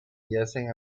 yacen